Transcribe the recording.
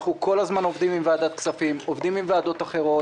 אנחנו כל הזמן עובדים עם ועדת הכספים ועובדים עם ועדות אחרות.